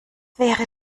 wäre